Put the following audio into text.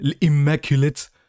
immaculate